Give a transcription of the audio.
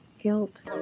guilt